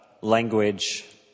language